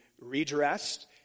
redressed